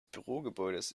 bürogebäudes